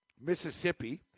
Mississippi